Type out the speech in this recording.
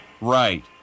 Right